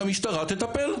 המשטרה תטפל.